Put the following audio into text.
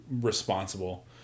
responsible